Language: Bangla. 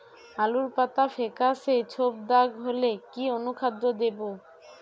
আলুর পাতা ফেকাসে ছোপদাগ হলে কি অনুখাদ্য দেবো?